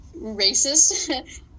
racist